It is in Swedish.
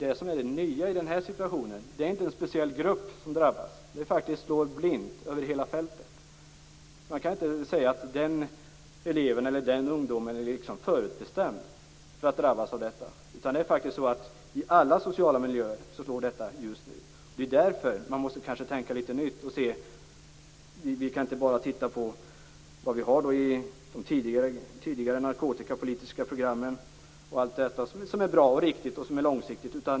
Det nya i den här situationen är ju att det inte är en speciell grupp som drabbas. Det här slår faktiskt blint över hela fältet. Man kan inte säga att den eleven eller den ungdomen liksom är förutbestämd att drabbas av detta. Det är faktiskt så att detta just nu slår i alla sociala miljöer. Det är därför man kanske måste tänka litet nytt. Vi kan inte bara titta på vad vi har gjort i de tidigare narkotikapolitiska programmen och på allt detta som är bra och riktigt och långsiktigt.